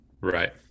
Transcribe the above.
Right